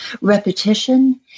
repetition